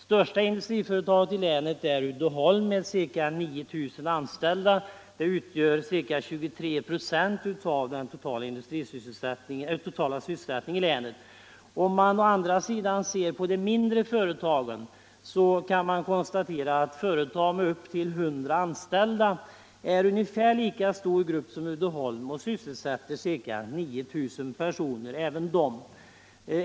Största industriföretaget i länet är Uddeholm AB med ca 9 000 anställda. vilket utgör ca 23 & av den totala svsselsättningen i länet. Om man å andra sidan ser på de mindre företagen kan man konstatera att företag med upp till 100 anställda är en ungefär lika stor grupp som Uddeholm och sysselsätter 9 100 personer.